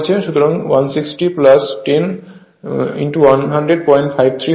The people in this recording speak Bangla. সুতরাং 160 10 10053 হবে